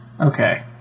Okay